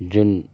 जुन